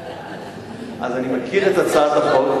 אני מכיר את הצעת החוק.